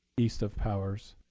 east of powers.